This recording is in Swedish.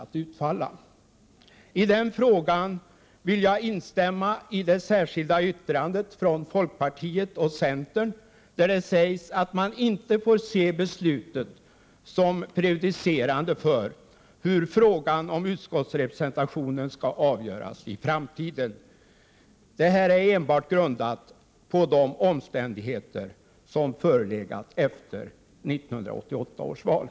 När det gäller den frågan vill jag instämma i det särskilda yttrandet från folkpartiet och centerpartiet, där det sägs att man inte får se beslutet som prejudicerande för hur frågan om utskottsrepresentationen skall avgöras i framtiden. Beslutet är enbart grundat på de omständigheter som förelåg efter 1988 års val.